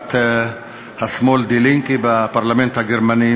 בסיעת השמאל Die Linke בפרלמנט הגרמני,